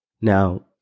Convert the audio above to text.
Now